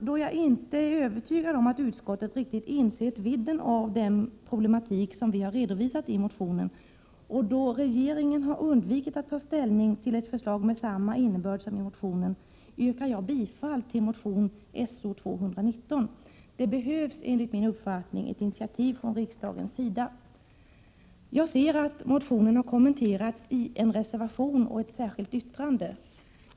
Då jag inte är övertygad om att utskottet riktigt insett vidden av den problematik som vi har redovisat i motionen och då regeringen har undvikit att ta ställning till ett förslag med samma innebörd som i motionen, yrkar jag bifall till motion §0219. Det behövs enligt min uppfattning ett initiativ från riksdagens sida. Jag ser att motionen har kommenterats i en reservation och ett särskilt yttrande.